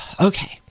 Okay